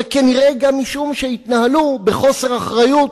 אלא כנראה גם משום שהתנהלו בחוסר אחריות,